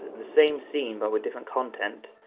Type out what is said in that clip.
the same scene but with different content,